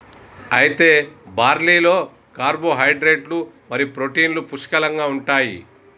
అయితే బార్లీలో కార్పోహైడ్రేట్లు మరియు ప్రోటీన్లు పుష్కలంగా ఉంటాయి